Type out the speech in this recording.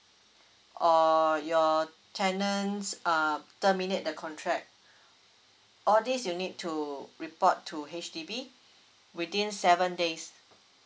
or your tenant uh terminate the contract all these you need to report to H_D_B within seven days